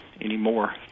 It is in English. anymore